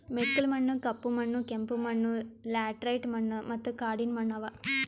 ಮೆಕ್ಕಲು ಮಣ್ಣ, ಕಪ್ಪು ಮಣ್ಣ, ಕೆಂಪು ಮಣ್ಣ, ಲ್ಯಾಟರೈಟ್ ಮಣ್ಣ ಮತ್ತ ಕಾಡಿನ ಮಣ್ಣ ಅವಾ